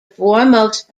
foremost